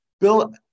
Bill